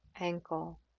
ankle